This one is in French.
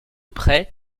prêt